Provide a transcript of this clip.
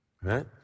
Right